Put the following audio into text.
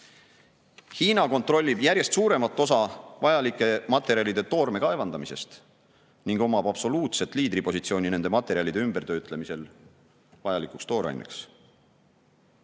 jaoks. Hiina kontrollib järjest suuremat osa vajalike materjalide toorme kaevandamisest ning omab absoluutset liidripositsiooni nende materjalide ümbertöötlemisel vajalikuks tooraineks.